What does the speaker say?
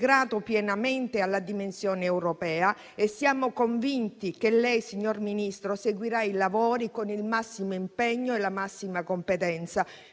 pienamente alla dimensione europea. Siamo convinti che lei, signor Ministro, seguirà i lavori con il massimo impegno e la massima competenza